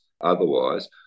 otherwise